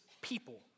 people